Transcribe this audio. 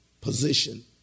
position